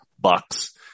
Bucks